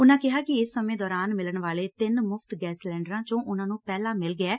ਉਨੂਾ ਕਿਹਾ ਕਿ ਇਸ ਸਮੇਂ ਦੋਰਾਨ ਮਿਲਣ ਵਾਲੇ ਤਿੰਨ ਮੁਫ਼ਤ ਗੈਸ ਸਿਲੰਡਰਾਂ ਚੋਂ ਉਨ੍ਹਾਂ ਨੂੰ ਪਹਿਲਾਂ ਮਿਲ ਗੈਐ